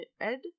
Ed